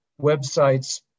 websites